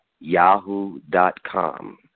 Yahoo.com